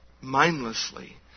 mindlessly